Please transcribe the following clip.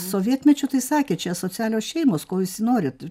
sovietmečiu tai sakė čia asocialios šeimos ko jūs norit